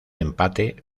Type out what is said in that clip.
empate